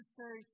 say